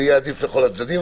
זה יהיה עדיף לכל הצדדים.